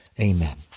amen